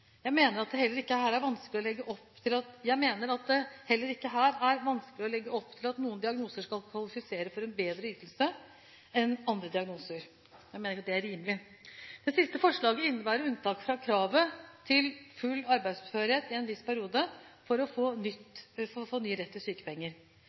Jeg mener at det heller ikke her er vanskelig å legge opp til at noen diagnoser skal kvalifisere for en bedre ytelse enn andre diagnoser. Jeg mener at det ikke er rimelig. Det siste forslaget innebærer unntaket fra kravet til full arbeidsførhet i en viss periode for å få